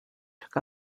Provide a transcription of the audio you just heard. took